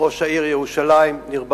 ראש העיר ירושלים ניר ברקת,